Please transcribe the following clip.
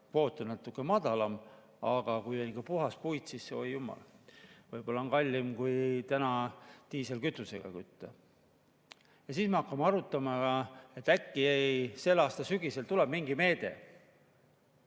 kvoot on natuke madalam, aga kui on ikka puhas puit, siis oi jumal. Võib-olla on kallim kui täna diislikütusega kütta. Ja siis me hakkame arutama, et äkki selle aasta sügisel tuleb mingi meede.